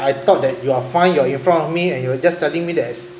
I thought that you are fine you're in front of me and you're just telling me there's